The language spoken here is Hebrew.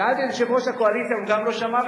שאלתי את יושב-ראש הקואליציה, הוא גם לא שמע.